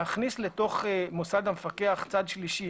להכניס לתוך מוסד המפקח צד שלישי